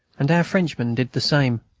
and our frenchmen did the same.